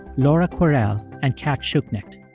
laura kwerel and cat schuknecht,